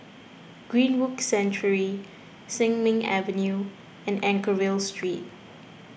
Greenwood Sanctuary Sin Ming Avenue and Anchorvale Street